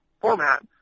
format